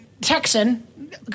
Texan